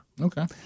Okay